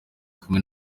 kumwe